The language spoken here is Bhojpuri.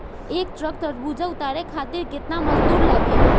एक ट्रक तरबूजा उतारे खातीर कितना मजदुर लागी?